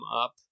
up